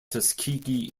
tuskegee